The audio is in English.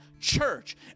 church